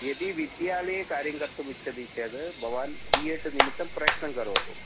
यदि विद्यालये कार्यं कर्तुम् इच्छति चेत् भवान् बि एड् निमित्तं प्रयत्नं करोतु